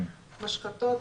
משחטות,